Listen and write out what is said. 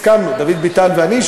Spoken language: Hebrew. דוד ביטן ואני,